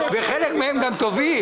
האוצר.